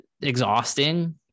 exhausting